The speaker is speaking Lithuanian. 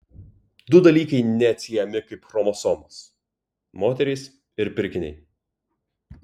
du dalykai neatsiejami kaip chromosomos moterys ir pirkiniai